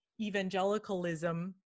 evangelicalism